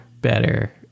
better